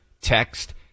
text